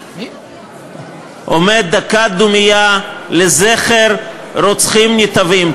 עומד דקת דומייה, לזכר רוצחים נתעבים.